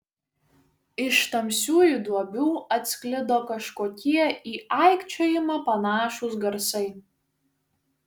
iš tamsiųjų duobių atsklido kažkokie į aikčiojimą panašūs garsai